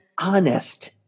honest